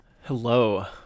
Hello